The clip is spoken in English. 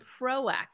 proactive